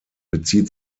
bezieht